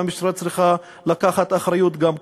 והמשטרה צריכה לקחת אחריות גם כאן.